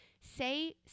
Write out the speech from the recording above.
say